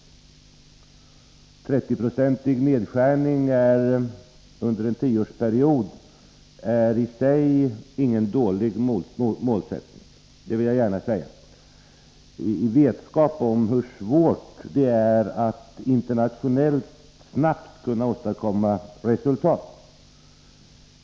En 30-procentig nedskärning under en tioårsperiod är i sig ingen dålig målsättning — det vill jag gärna säga — i vetskap om hur svårt det är att internationellt snabbt kunna åstadkomma resultat.